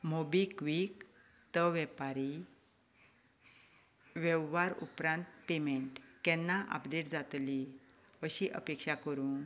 मोबीक्विकांत वेपारी वेव्हार उपरांत पेमेंट केन्ना अपडेट जातली अशी अपेक्षा करूं